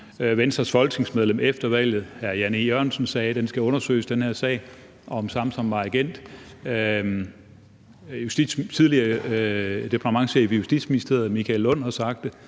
Venstres folketingsmedlem efter valget hr. Jan E. Jørgensen sagde, at den her sag skal undersøges, altså om Samsam var agent. Den tidligere departementschef i Justitsministeriet Michael Lund har sagt det.